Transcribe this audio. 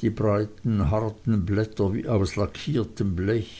die breiten harten blätter wie aus lackiertem blech